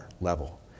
level